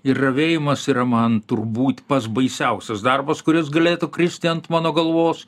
ir ravėjimas yra man turbūt pats baisiausias darbas kuris galėtų kristi ant mano galvos